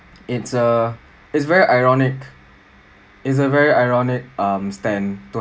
it's uh it's very ironic it's a very ironic um stand to